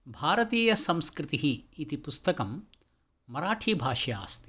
भारतीयसंस्कृतिः इति पुस्तकं मराठिभाषया अस्ति